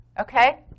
okay